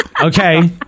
Okay